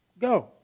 Go